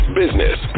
business